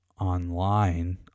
online